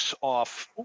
off